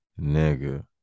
nigga